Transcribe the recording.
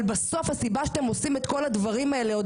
אבל בסוף הסיבה שאתם עושים את כל הדברים האלה עוד